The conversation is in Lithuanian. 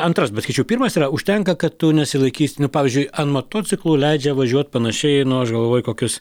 antras bet pirmas yra užtenka kad tu nesilaikysi nu pavyzdžiui ant motociklų leidžia važiuot panašiai nu aš galvoju kokius